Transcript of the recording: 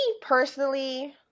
personally